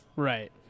Right